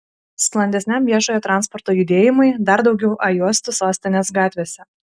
sklandesniam viešojo transporto judėjimui dar daugiau a juostų sostinės gatvėse